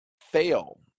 fail